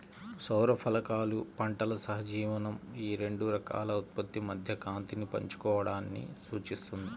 సౌర ఫలకాలు పంటల సహజీవనం ఈ రెండు రకాల ఉత్పత్తి మధ్య కాంతిని పంచుకోవడాన్ని సూచిస్తుంది